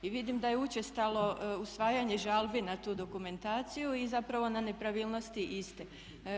I vidim da je učestalo usvajanje žalbi na tu dokumentaciju i zapravo na nepravilnosti iste.